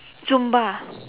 Zumba